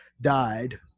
died